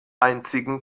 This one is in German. einzigen